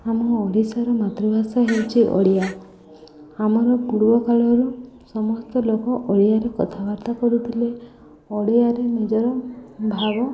ଆମ ଓଡ଼ିଶାର ମାତୃଭାଷା ହେଉଛି ଓଡ଼ିଆ ଆମର ପୂର୍ବ କାଳରୁ ସମସ୍ତ ଲୋକ ଓଡ଼ିଆରେ କଥାବାର୍ତ୍ତା କରୁଥିଲେ ଓଡ଼ିଆରେ ନିଜର ଭାବ